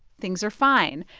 things are fine.